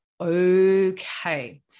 okay